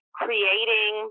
creating